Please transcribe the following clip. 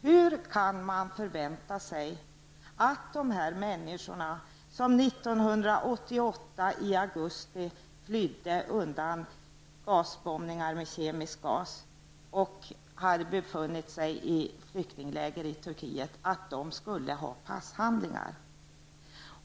Hur kan man förvänta sig att dessa människor, som i augusti 1988 flydde undan gasbombningar och hade befunnit sig i flyktingläger i Turkiet, skulle kunna ha passhandlingar?